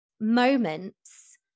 moments